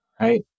right